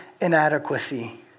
inadequacy